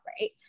right